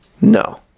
No